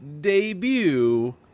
debut